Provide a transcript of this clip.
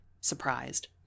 surprised